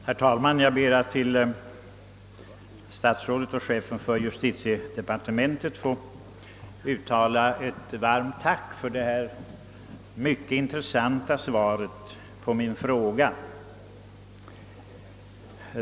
Herr talman! Jag ber att till statsrådet och chefen för justitiedepartementet få uttala ett varmt tack för detta mycket intressanta svar på min fråga.